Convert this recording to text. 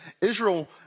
Israel